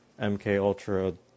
MKUltra